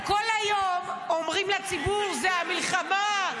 גם כל היום אומרים לציבור: זה המלחמה,